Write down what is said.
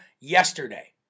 yesterday